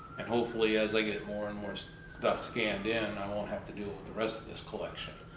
and hopefully as i get more and more so stuff scanned in, i won't have to do the rest of this collection.